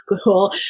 school